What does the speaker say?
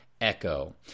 echo